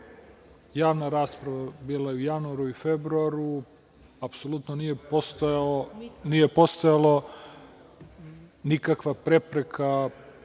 javna rasprava bila je u januaru i februaru, apsolutno nije postojala nikakva prepreka